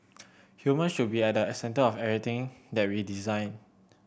humans should be at a centre of everything that we design